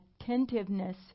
attentiveness